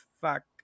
fuck